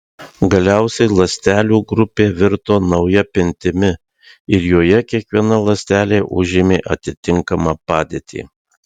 galiausiai ląstelių grupė virto nauja pintimi ir joje kiekviena ląstelė užėmė atitinkamą padėtį